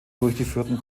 durchgeführten